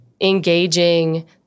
engaging